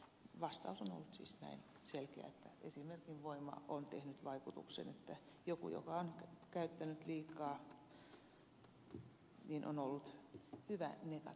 vastaus on ollut siis näin selkeä että esimerkin voima on tehnyt vaikutuksen ja joku joka on käyttänyt liikaa on ollut hyvä negatiivinen esimerkki